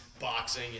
boxing